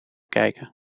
kijken